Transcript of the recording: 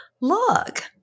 look